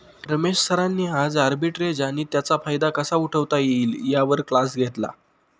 रमेश सरांनी आज आर्बिट्रेज आणि त्याचा फायदा कसा उठवता येईल यावर क्लास घेतला